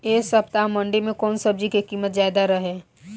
एह सप्ताह मंडी में कउन सब्जी के कीमत ज्यादा रहे?